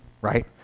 right